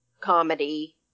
comedy